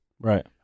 Right